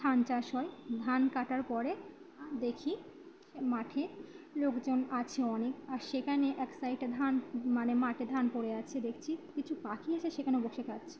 ধান চাষ হয় ধান কাটার পরে দেখি মাঠে লোকজন আছে অনেক আর সেখানে এক সাইডে ধান মানে মাঠে ধান পড়ে আাছে দেখছি কিছু পাখি আছে সেখানে বসে খাচ্ছে